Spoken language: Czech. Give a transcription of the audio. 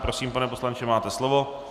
Prosím, pane poslanče, máte slovo.